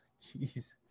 Jeez